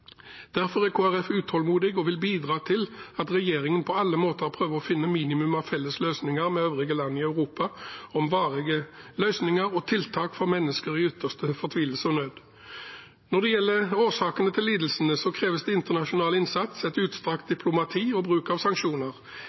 Derfor er Kristelig Folkeparti utålmodig og vil bidra til at regjeringen på alle måter prøver å finne et minimum av felles løsninger med øvrige land i Europa om varige løsninger og tiltak for mennesker i ytterste fortvilelse og nød. Når det gjelder årsakene til lidelsene, kreves det internasjonal innsats, et utstrakt diplomati og bruk av sanksjoner.